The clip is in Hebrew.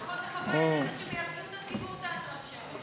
לפחות לחברי כנסת שמייצגים את הציבור תענו עכשיו.